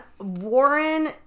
Warren